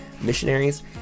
Missionaries